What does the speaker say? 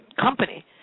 company